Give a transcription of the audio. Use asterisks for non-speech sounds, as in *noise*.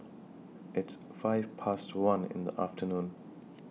*noise* its five Past one in The afternoon